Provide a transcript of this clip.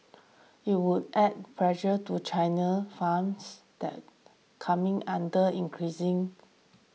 it would add pressure to China funds that coming under increasing